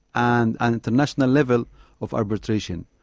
and an international level of arbitration,